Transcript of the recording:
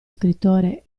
scrittore